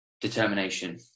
determination